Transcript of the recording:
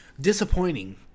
disappointing